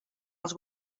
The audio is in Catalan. els